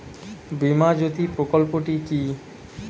বীমা জ্যোতি প্রকল্পটি কি?